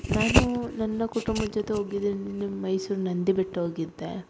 ನಾನು ನನ್ನ ಕುಟುಂಬದ್ ಜೊತೆ ಹೋಗಿದ್ರಿಂದ ಮೈಸೂರು ನಂದಿ ಬೆಟ್ಟ ಹೋಗಿದ್ದೆ